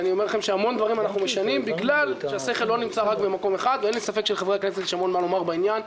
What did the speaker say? היא אמרה לי: "אם המצב יהיה שלא מאשרים את העברות,